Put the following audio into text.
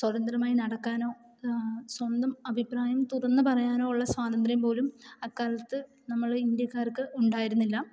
സ്വതന്ത്രമായി നടക്കാനോ സ്വന്തം അഭിപ്രായം തുറന്നു പറയാനുള്ള സ്വാതന്ത്ര്യം പോലും അക്കാലത്ത് നമ്മൾ ഇന്ത്യക്കാർക്ക് ഉണ്ടായിരുന്നില്ല